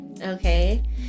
okay